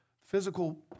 physical